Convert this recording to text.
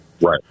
Right